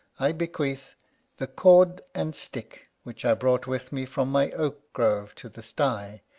i bequeath the cord and stick which i brought with me from my oak-grove to the sty,